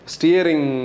Steering